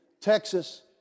Texas